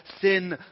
Sin